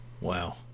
Wow